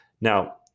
Now